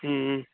ம் ம்